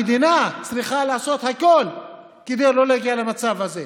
המדינה צריכה לעשות הכול כדי לא להגיע למצב הזה,